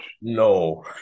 No